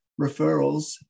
referrals